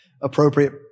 appropriate